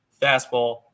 fastball